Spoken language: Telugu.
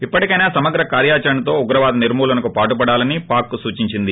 ఇప్పటికైనా సమగ్ర కార్యాచరణతో ఉగ్రవాద నిర్మూలనకు పాటుపడాలని పాక్కు సూచించింది